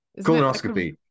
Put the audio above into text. colonoscopy